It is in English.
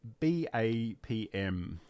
BAPM